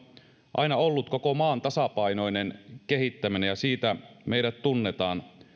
aina ollut koko maan tasapainoinen kehittäminen ja siitä meidät tunnetaan